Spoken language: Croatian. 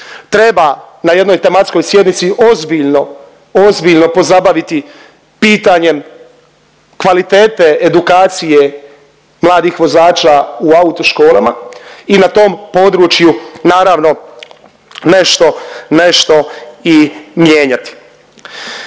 treba na jednoj tematskoj sjednici ozbiljno, ozbiljno pozabaviti pitanjem kvalitete edukacije mladih vozača u autoškolama i u tom području naravno nešto, nešto i mijenjati.